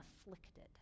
afflicted